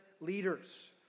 leaders